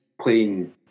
playing